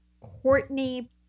Courtney